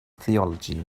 theology